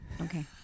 Okay